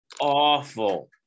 awful